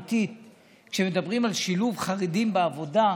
כשמדברים על שילוב חרדים בעבודה,